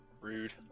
Rude